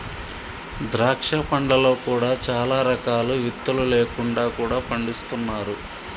ద్రాక్ష పండ్లలో కూడా చాలా రకాలు విత్తులు లేకుండా కూడా పండిస్తున్నారు